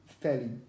fairly